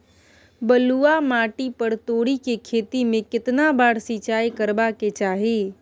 बलुआ माटी पर तोरी के खेती में केतना बार सिंचाई करबा के चाही?